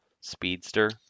speedster